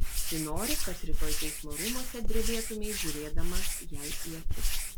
ji nori kad rytoj teismo rūmuose drebėtumei žiūrėdamas jai į akis